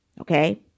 okay